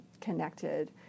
connected